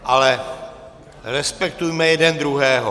Ale respektujme jeden druhého.